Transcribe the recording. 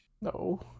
No